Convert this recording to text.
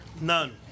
None